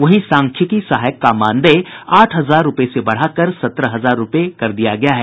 वहीं सांख्यिकी सहायक का मानदेय आठ हजार रूपये से बढ़ाकर सत्रह हजार रूपये कर दिया गया है